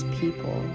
people